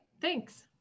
thanks